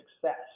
success